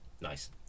nice